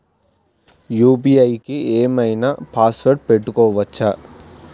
UPI కి ఏం ఐనా పాస్వర్డ్ పెట్టుకోవచ్చా?